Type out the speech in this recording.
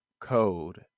code